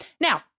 now